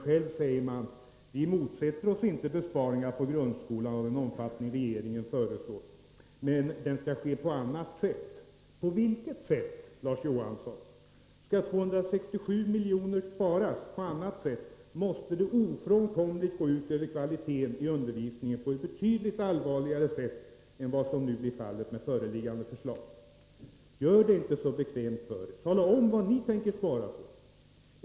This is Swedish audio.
Själv säger man: Vi motsätter oss inte besparingar på grundskolan av den omfattning regeringen föreslår, men de skall ske på annat sätt. Jag frågar: På vilket sätt? Skall 267 milj.kr. sparas på annat sätt, måste det ofrånkomligen gå ut över kvaliteten i undervisningen på ett betydligt allvarligare vis än vad som blir fallet enligt föreliggande förslag. Gör det inte så bekvämt för er. Tala om vad ni tänker spara på!